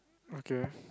okay